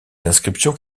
inscriptions